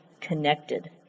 connected